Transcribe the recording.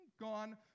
gone